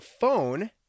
phone